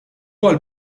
għall